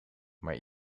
maar